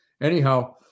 anyhow